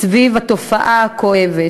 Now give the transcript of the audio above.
סביב התופעה הכואבת,